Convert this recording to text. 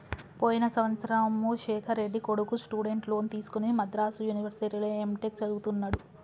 పోయిన సంవత్సరము శేఖర్ రెడ్డి కొడుకు స్టూడెంట్ లోన్ తీసుకుని మద్రాసు యూనివర్సిటీలో ఎంటెక్ చదువుతున్నడు